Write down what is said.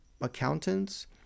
accountants